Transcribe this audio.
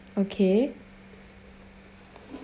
okay